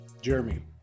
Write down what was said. Jeremy